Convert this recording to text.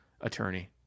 attorney